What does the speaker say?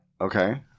Okay